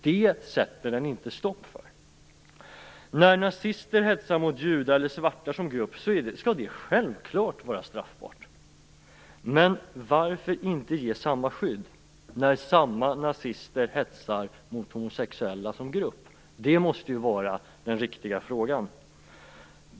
Det sätter den inte stopp för. När nazister hetsar mot judar eller svarta som grupp skall det självfallet vara straffbart. Varför inte ge samma skydd när samma nazister hetsar mot homosexuella som grupp? Det måste vara den riktiga frågan.